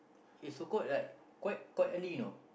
it's so called like quite quite early you know